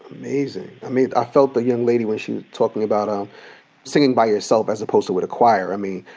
amazing. i mean, i felt the young lady when she was talking about um singing by herself as opposed to with a choir. i mean,